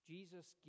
Jesus